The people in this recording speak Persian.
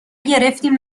گرفتیم